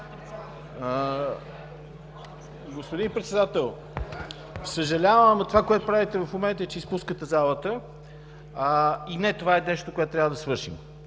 Господин Председател, съжалявам, но това, което правите в момента, е, че изпускате залата. И не това е нещото, което трябва да свършим.